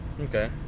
Okay